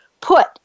put